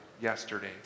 yesterday